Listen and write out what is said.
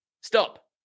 Stop